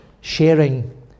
Sharing